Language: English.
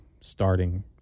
starting